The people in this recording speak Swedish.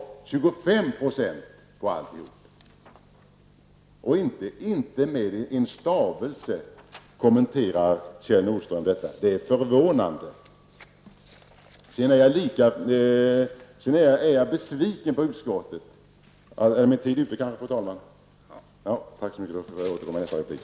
Men inte med en stavelse kommenterar Kjell Nordström detta. Det är förvånande. Jag är också besviken på utskottet, men jag får återkomma till detta senare eftersom min taletid är slut.